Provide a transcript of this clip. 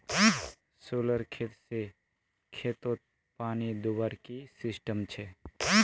Solar से खेतोत पानी दुबार की सिस्टम छे?